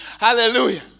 Hallelujah